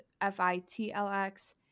FITLX